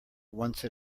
once